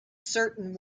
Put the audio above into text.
certain